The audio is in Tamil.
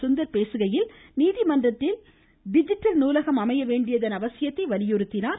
சுந்தர் பேசுகையில் நீதிமன்றத்தில் டிஜிட்டல் நூலகம் அமையவேண்டியதன் அவசியத்தை வலியுறுத்தினார்